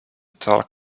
talk